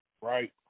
right